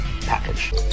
package